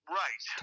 right